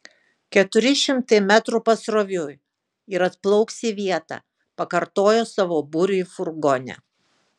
keturi šimtai metrų pasroviui ir atplauks į vietą pakartojo savo būriui furgone